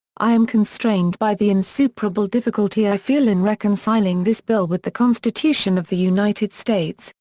i am constrained by the insuperable difficulty i feel in reconciling this bill with the constitution of the united states.